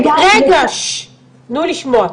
רגע, תנו לשמוע.